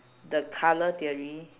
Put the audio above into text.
the colour theory